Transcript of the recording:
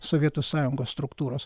sovietų sąjungos struktūros